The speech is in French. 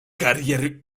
carrière